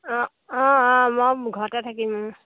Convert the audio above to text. অঁ অঁ অঁ মই ঘৰতে থাকিম